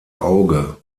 auge